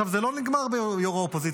עכשיו, הגזענות הזאת לא נגמרת בראש האופוזיציה.